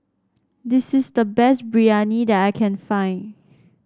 this is the best Biryani that I can find